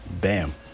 Bam